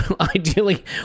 ideally